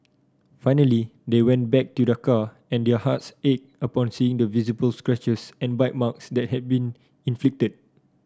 finally they went back to their car and their hearts ached upon seeing the visible scratches and bite marks that had been inflicted